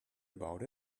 about